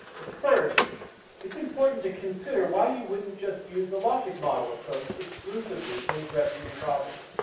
but first it's important to consider why you wouldn't just use a logic model approach exclusively to address these problems.